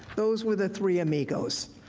those were the three amigos.